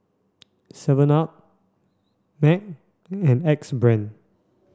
seven up MAG and Axe Brand